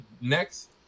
Next